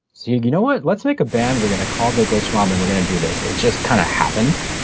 so you know what? let's make a band we're going to call the glitch mob and we're going to do this. it just kind of happened.